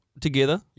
together